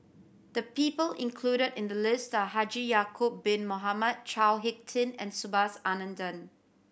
the people included in the list are Haji Ya'acob Bin Mohamed Chao Hick Tin and Subhas Anandan